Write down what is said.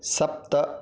सप्त